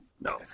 no